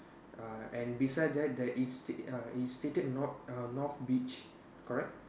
err and beside that there is sta~ err is stated north err north beach correct